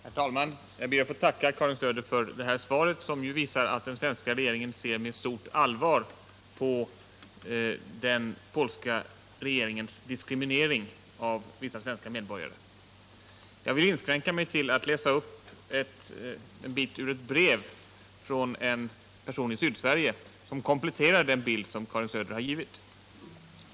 Herr talman! Jag ber att få tacka Karin Söder för detta svar, som visar att den svenska regeringen med stort allvar ser på den polska regeringens diskriminering av en särskild kategori svenska medborgare. Jag skall här inskränka mig till att läsa upp ett stycke ur ett brev från en person i Sydsverige. Det stycket kompletterar den bild som Karin Söder har givit.